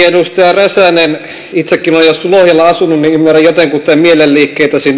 edustaja räsänen itsekin olen joskus lohjalla asunut nykyään espoossa niin ymmärrän jotenkuten mielenliikkeitäsi